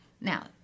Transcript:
Now